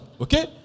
Okay